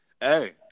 hey